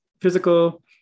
physical